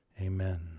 Amen